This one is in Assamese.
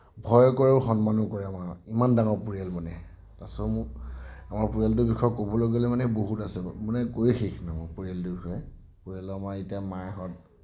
ভয় কৰে সন্মানো কৰে ইমান ডাঙৰ পৰিয়াল মানে তাৰপিছত মোক আমাৰ পৰিয়ালটোৰ বিষয়ে ক'বলৈ গ'লে মানে বহুত আছে মানে কৈয়ে শেষ নহ'ব পৰিয়ালটোৰ বিষয়ে পৰিয়ালৰ আমাৰ এতিয়া মাঁহত